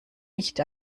nicht